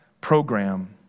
program